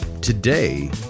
Today